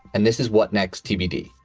and this is what next tbd.